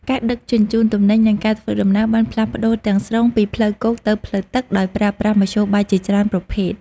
ការដឹកជញ្ជូនទំនិញនិងការធ្វើដំណើរបានផ្លាស់ប្តូរទាំងស្រុងពីផ្លូវគោកទៅផ្លូវទឹកដោយប្រើប្រាស់មធ្យោបាយជាច្រើនប្រភេទ។